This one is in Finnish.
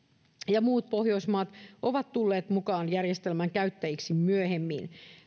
ja muut pohjoismaat ovat tulleet mukaan järjestelmän käyttäjiksi myöhemmin